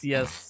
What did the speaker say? Yes